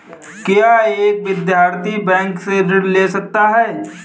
क्या एक विद्यार्थी बैंक से ऋण ले सकता है?